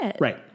right